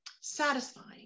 satisfying